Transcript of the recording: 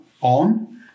on